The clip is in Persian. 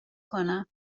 کنم